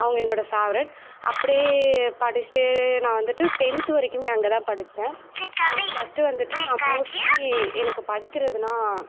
அவங்க என்னோடய ஃபேவரெட் அப்டேயே படிச்சிட்டே நான் வந்துட்டு டென்த் வரைக்குமே அங்கே தான் படித்தேன் ஃபஸ்ட் வந்துட்டு நான் மோஸ்ட்லி எனக்கு படிக்கிறதுன்னா